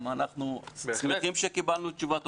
אנחנו שמחים שקיבלנו תשובה.